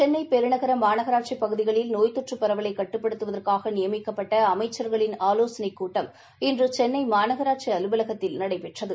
சென்னை பெருநகர மாநகராட்சி பகுதிகளில் நோய் தொற்று பரவலை கட்டுப்படுத்துவதற்காக நியமிக்கப்பட்ட அமைச்சர்களின் ஆலோசனைக் கூட்டம் இன்று சென்னை மாநகராட்சி அலுவலகத்தில் நடைபெற்றது